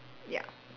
ya